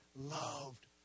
loved